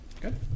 Good